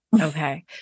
Okay